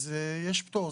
יש פטור.